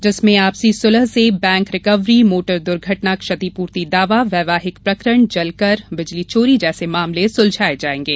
जिसमें आपसी सुलह से बैंक रिकवरी मोटर दुर्घटना क्षतीपूर्ति दावा वैवाहिक प्रकरण जल कर बिजली चोरी जैसे मामले सुलझाये जायेंगे